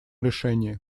решении